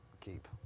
keep